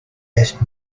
best